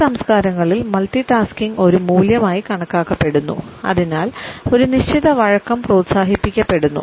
ഈ സംസ്കാരങ്ങളിൽ മൾട്ടിടാസ്കിംഗ് ഒരു മൂല്യമായി കണക്കാക്കപ്പെടുന്നു അതിനാൽ ഒരു നിശ്ചിത വഴക്കം പ്രോത്സാഹിപ്പിക്കപ്പെടുന്നു